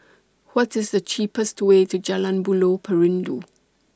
What IS The cheapest Way to Jalan Buloh Perindu